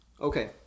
Okay